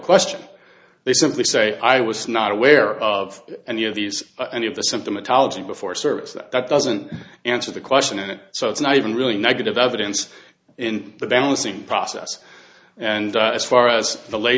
question they simply say i was not aware of any of these any of the symptomatology before service that doesn't answer the question and so it's not even really negative evidence in the balancing process and as far as the la